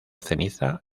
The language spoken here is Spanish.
ceniza